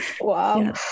Wow